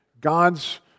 God's